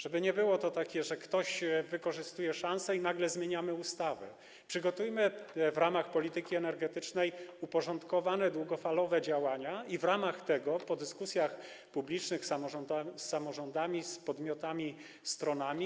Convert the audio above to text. Żeby nie było to tak, że ktoś wykorzystuje szansę i nagle zmieniamy ustawę, przygotujmy w ramach polityki energetycznej uporządkowane, długofalowe działania i w ramach tego, po dyskusjach publicznych z samorządami, z podmiotami, stronami.